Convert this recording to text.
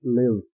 live